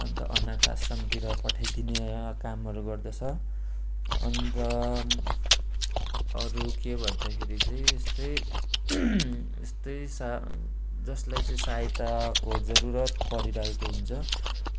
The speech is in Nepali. अन्त अनाथ आश्रमतिर पठाइदिने कामहरू गर्दछ अन्त अरू के भन्दाखेरि चाहिँ यस्तै यस्तै सा जसलाई चाहिँ सहायताको जरुरत परिरहेको हुन्छ